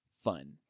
fun